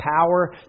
power